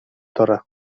torach